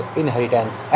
inheritance